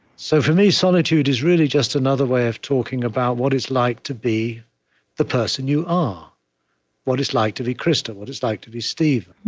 so for me, solitude is really just another way of talking about what it's like to be the person you are what it's like to be krista what it's like to be stephen,